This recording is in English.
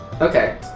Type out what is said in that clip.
Okay